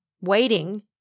waiting